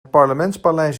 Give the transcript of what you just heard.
parlementspaleis